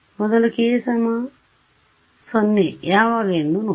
ಮೊದಌ k0 ಯಾವಾಗ ಎಂದು ನೋಡಿ